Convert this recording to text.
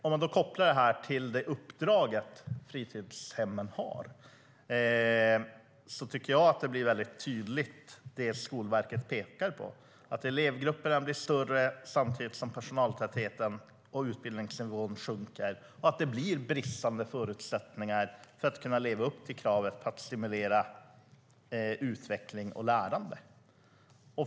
Om man kopplar detta till det uppdrag fritidshemmen har tycker jag att det Skolverket pekar på blir väldigt tydligt, nämligen att elevgrupperna blir större samtidigt som personaltätheten och utbildningsnivån sjunker. Det blir bristande förutsättningar att kunna leva upp till kravet att stimulera utveckling och lärande.